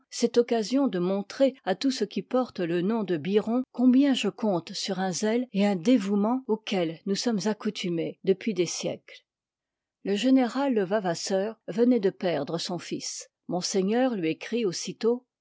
cette occasion de montrer à tout ce qui porte le nom de biron combien je compte sur un zèle et un dévouement auxquels nous sommes accoutumés depuis des siècles le général levavasseur venoit de perdre on fils monseigneur lui écrit aussitôt